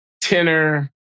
tenor